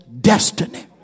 destiny